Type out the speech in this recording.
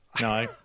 No